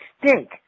stink